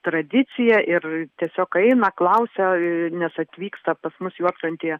tradicija ir tiesiog aina klausia nes atvyksta pas mus juodkrantėje